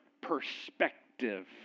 perspective